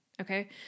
Okay